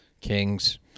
Kings